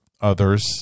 others